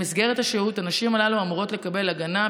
במסגרת השהות הנשים הללו אמורות לקבל הגנה,